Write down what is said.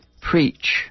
preach